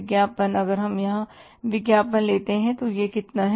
विज्ञापन अगर हम यहां विज्ञापन लेते हैं तो यह कितना है